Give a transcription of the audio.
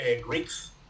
Greeks